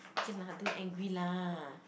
okay lah don't angry lah